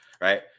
Right